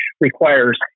requires